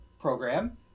program